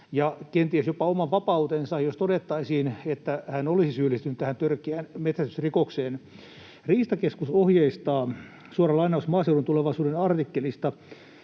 ja kenties jopa oman vapautensa, jos todettaisiin, että hän olisi syyllistynyt tähän törkeään metsästysrikokseen. ”Riistakeskus ohjeistaa,” — suora lainaus Maaseudun Tulevaisuuden artikkelista